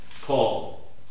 Paul